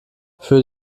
für